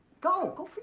go, go for